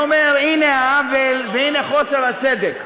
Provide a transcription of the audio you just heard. ואני אומר: הנה העוול והנה חוסר הצדק.